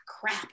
crap